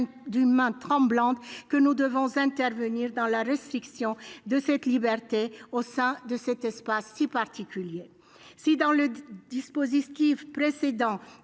d'une main tremblante que nous devons intervenir dans la restriction de cette liberté au sein de cet espace si particulier, si dans le dispositif précédent